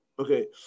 Okay